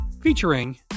featuring